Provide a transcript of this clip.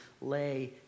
lay